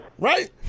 Right